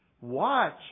Watch